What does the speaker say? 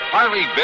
Harley